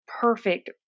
perfect